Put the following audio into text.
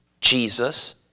Jesus